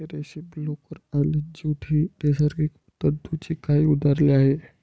रेशीम, लोकर आणि ज्यूट ही नैसर्गिक तंतूंची काही उदाहरणे आहेत